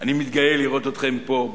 אני מתגאה לראות אתכם פה,